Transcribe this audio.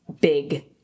big